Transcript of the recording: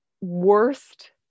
worst